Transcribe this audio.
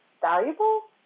valuable